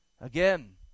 again